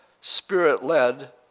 Spirit-Led